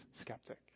skeptic